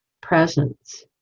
Presence